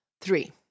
Three